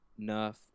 nerf